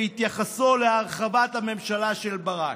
בהתייחסו להרחבת הממשלה של ברק: